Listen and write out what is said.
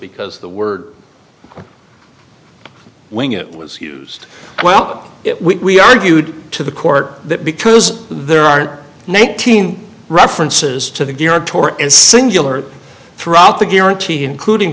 because the word wing it was used well it we argued to the court that because there are nineteen references to the geared toward a singular throughout the guarantee including